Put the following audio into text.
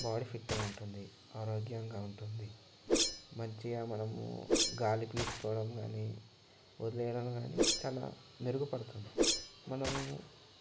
body ఫిట్గా ఉంటుంది ఆరోగ్యంగా ఉంటుంది మంచిగా మనం గాలి పీల్చుకోవడం కానీ వదిలేయడం కానీ చాలా మెరుగుపడుతుంది మనము